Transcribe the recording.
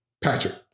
Patrick